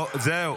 --- לא, זהו.